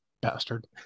Bastard